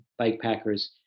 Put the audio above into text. bikepackers